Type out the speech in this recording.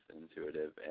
intuitive